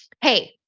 Hey